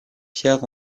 pierres